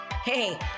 Hey